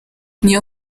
niyo